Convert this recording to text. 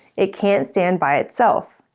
it can't stand by itself.